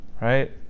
Right